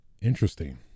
interesting